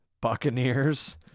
Buccaneers